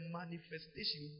manifestation